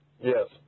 Yes